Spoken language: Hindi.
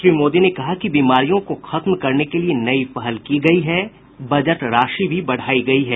श्री मोदी ने कहा कि बीमारियों को खत्म करने के लिये नई पहल की गयी है बजट राशि भी बढ़ाई गयी है